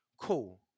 Cool